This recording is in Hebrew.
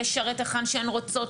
לשרת היכן שהן רוצות,